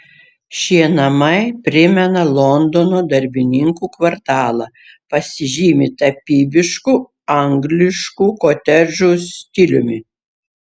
šie namai primena londono darbininkų kvartalą pasižymi tapybišku angliškų kotedžų stiliumi